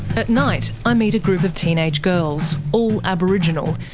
at night i meet a group of teenage girls, all aboriginal,